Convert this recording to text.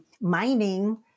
mining